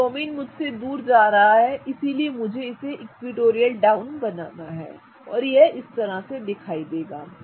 तो ब्रोमिन मुझसे दूर जा रहा है इसलिए मुझे इसे इक्विटोरियल डाउन बनाना है और यह ऐसे दिखाई देगा